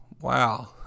Wow